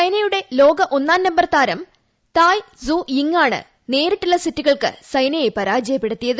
ചൈനയുടെ ലോക ഒന്നാം നമ്പർ താരം തായ് സു യിങ്ങാണ് നേരിട്ടുള്ള സെറ്റുകൾക്ക് സൈനയെ പരാജയപ്പെടുത്തിയത്